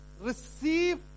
receive